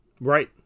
right